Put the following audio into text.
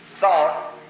thought